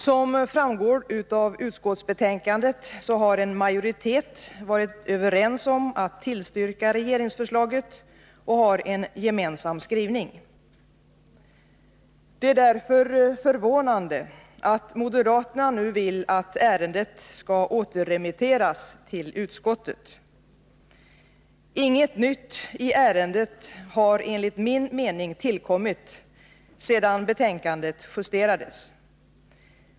Som framgår av utskottsbetänkandet har en majoritet varit överens om att tillstyrka regeringsförslaget och har en gemensam skrivning. Det är därför förvånande att moderaterna nu vill att ärendet skall återremitteras till utskottet. Inget nytt i ärendet har enligt min mening tillkommit sedan betänkandet justerades.